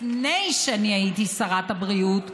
לפני שאני הייתי שרת הבריאות,